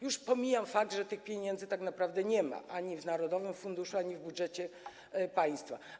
Już pomijam fakt, że tych pieniędzy tak naprawdę nie ma ani w narodowym funduszu, ani w budżecie państwa.